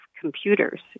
computers